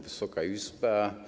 Wysoka Izbo!